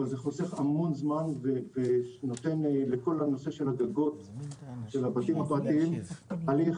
אבל זה חוסך המון זמן ונותן לכל הנושא של הגגות של הבתים הפרטיים הליך.